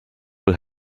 will